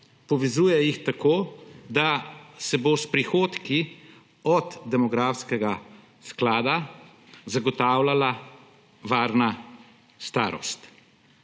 Povezuje jih tako, da se bo s prihodki od demografskega sklada zagotavljala varna starost.